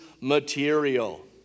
material